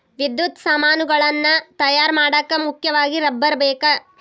ವಿದ್ಯುತ್ ಸಾಮಾನುಗಳನ್ನ ತಯಾರ ಮಾಡಾಕ ಮುಖ್ಯವಾಗಿ ರಬ್ಬರ ಬೇಕ